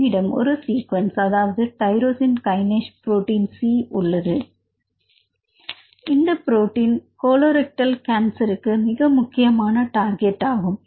என்னிடம் ஒரு சீக்வென்ஸ் அதாவது ட்யரோசின் கையனேஷ் புரோட்டின் C இந்த புரோட்டின் கோலொரெக்டால் கேன்சருக்கு மிக முக்கிய டார்கெட் ஆகும்